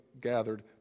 gathered